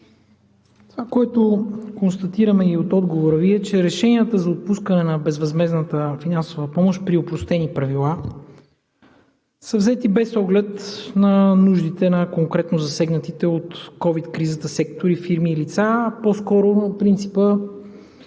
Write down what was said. това, което констатираме и от отговора Ви, е, че решенията за отпускане на безвъзмездната финансова помощ при опростени правила са взети без оглед на нуждите на конкретно засегнатите от COVID кризата сектори, фирми и лица, а по-скоро на принципа: